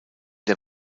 der